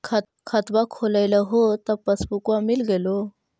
खतवा खोलैलहो तव पसबुकवा मिल गेलो?